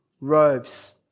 robes